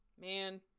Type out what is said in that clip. man